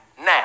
now